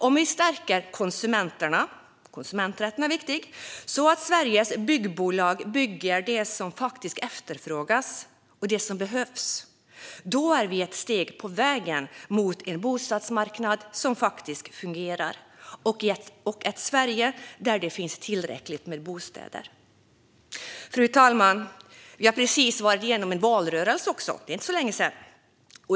Om vi stärker konsumenterna - konsumenträtten är viktig - så att Sveriges byggbolag bygger det som efterfrågas och det som behövs är vi ett steg på vägen mot en bostadsmarknad som faktiskt fungerar och ett Sverige där det finns tillräckligt med bostäder. Fru talman! Vi har precis gått igenom en valrörelse; det är inte så länge sedan.